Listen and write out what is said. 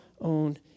own